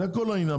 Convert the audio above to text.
זה כל העניין.